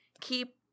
Keep